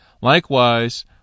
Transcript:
Likewise